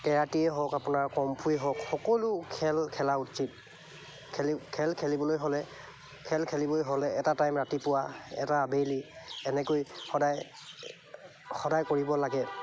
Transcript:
কেৰাটেই হওক আপোনাৰ কম্ফুয়েই হওক সকলো খেল খেলা উচিত খেলি খেল খেলিবলৈ হ'লে খেল খেলিবই হ'লে এটা টাইম ৰাতিপুৱা এটা আবেলি এনেকৈ সদায় সদায় কৰিব লাগে